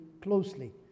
closely